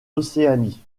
océanie